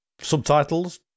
subtitles